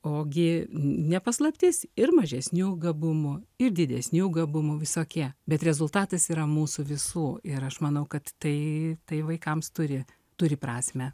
o gi ne paslaptis ir mažesnių gabumų ir didesnių gabumų visokie bet rezultatas yra mūsų visų ir aš manau kad tai tai vaikams turi turi prasmę